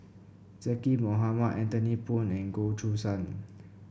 Zaqy Mohamad Anthony Poon and Goh Choo San